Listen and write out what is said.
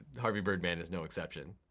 harvey birdman is no exception.